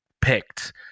picked